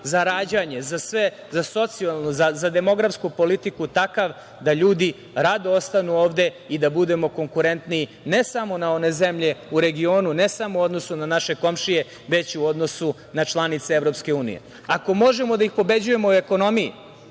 za rađanje, za socijalnu, za demografsku politiku takav da ljudi rado ostanu ovde i da budemo konkurentni ne samo na one zemlje u regionu, ne samo u odnosu na naše komšije, već u odnosu na članice EU.Ako možemo da ih pobeđujemo u ekonomiji,